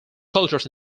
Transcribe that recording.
cultures